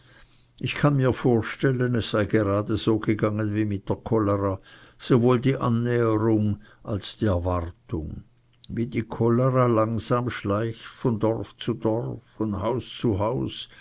ich kann mir vorstellen es sei gerade so gegangen wie mit der cholera sowohl die annäherung als die erwartung wie die cholera langsam schleicht von dorf zu dorf von haus zu haus